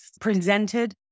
presented